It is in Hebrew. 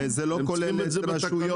הם צריכים את זה בתקנות.